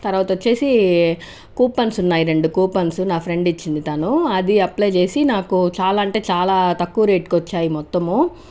తరువాత వచ్చేసి కూపన్స్ ఉన్నాయి రెండు కూపన్స్ నా ఫ్రెండ్ ఇచ్చింది తను అది అప్లై చేసి నాకు చాలా అంటే చాలా తక్కువ రేటు కు వచ్చాయి మొత్తము